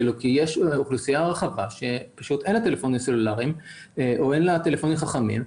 כי יש אוכלוסייה רחבה שאין לה טלפונים סלולריים או טלפונים חכמים,